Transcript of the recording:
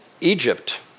Egypt